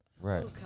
Right